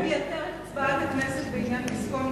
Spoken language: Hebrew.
אני מבינה שזה מייתר את הצעת הכנסת בעניין ויסקונסין,